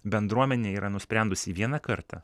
bendruomenė yra nusprendusi vieną kartą